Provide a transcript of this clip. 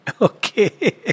Okay